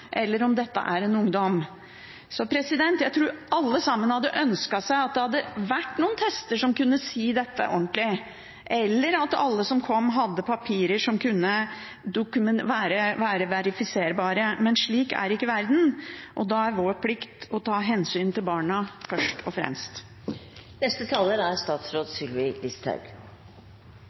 eller om det er en ungdom. Jeg tror alle hadde ønsket at det hadde vært noen tester som kunne si dette ordentlig, eller at alle som kom, hadde papirer som kunne være verifiserbare, men slik er ikke verden. Da er det vår plikt først og fremst å ta hensyn til barna. Formålet med aldersvurderingen er å respektere barns rettigheter og